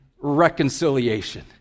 reconciliation